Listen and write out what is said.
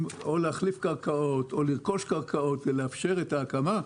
או להחליף קרקעות או לרכוש קרקעות כדי לאפשר את ההקמה,